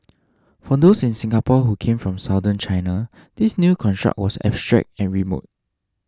for those in Singapore who came from Southern China this new construct was abstract and remote